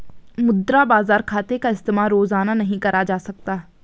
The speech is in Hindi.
मुद्रा बाजार खाते का इस्तेमाल रोज़ाना नहीं करा जा सकता